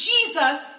Jesus